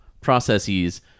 processes